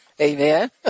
Amen